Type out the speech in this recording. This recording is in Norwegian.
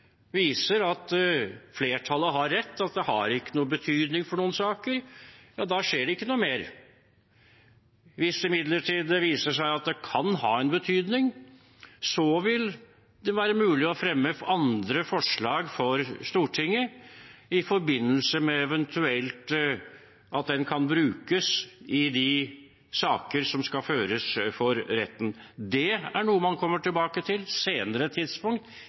viser at flertallet har rett, at det ikke har noen betydning for noen saker, skjer det ikke noe mer. Hvis det imidlertid viser seg at det kan ha en betydning, vil det være mulig å fremme andre forslag for Stortinget, eventuelt i forbindelse med at den kan brukes i de saker som skal føres for retten. Det er noe man kommer tilbake til på et senere tidspunkt,